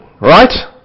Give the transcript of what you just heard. Right